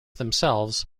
themselves